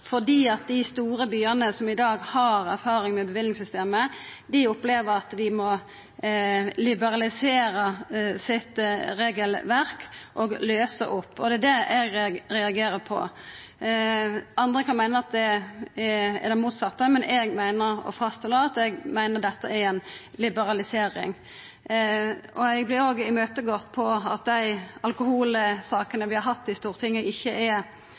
dei store byane som i dag har erfaring med løyvingssystemet, opplever at dei må liberalisera regelverket sitt og løysa opp. Det er det eg reagerer på. Andre kan meina at det er motsett, men eg meiner og fastheld at dette er ei liberalisering. Eg vert òg imøtegått på at dei alkoholsakene vi har hatt i Stortinget, ikkje er